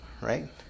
right